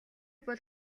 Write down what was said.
бол